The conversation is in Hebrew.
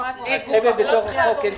אין